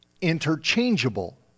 interchangeable